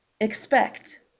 expect